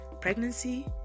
pregnancy